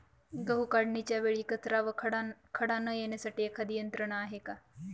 गहू काढणीच्या वेळी कचरा व खडा न येण्यासाठी एखादी यंत्रणा आहे का?